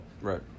Right